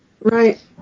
Right